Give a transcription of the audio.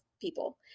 people